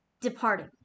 departing